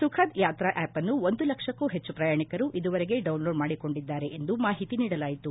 ಸುಖದ್ ಯಾತ್ರಾ ಆಪ್ಅನ್ನು ಒಂದು ಲಕ್ಷಕ್ಕೂ ಹೆಚ್ಚು ಪ್ರಯಾಣಿಕರು ಇದುವರೆಗೆ ಡೌನ್ಲೋಡ್ ಮಾಡಿಕೊಂಡಿದ್ದಾರೆ ಎಂದು ಮಾಹಿತಿ ನೀಡಲಾಯಿತು